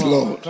Lord